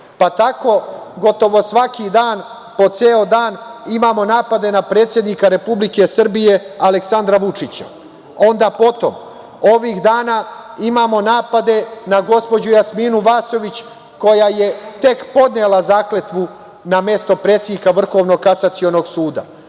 istrage. Tako gotovo svaki dan po ceo dan imamo napade na predsednika Republike Srbije Aleksandra Vučića, onda potom ovih dana imamo napade na gospođu Jasminu Vasović koja je tek podnela zakletvu na mesto predsednika Vrhovnog kasacionog suda.